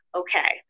okay